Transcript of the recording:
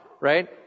right